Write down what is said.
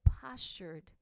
postured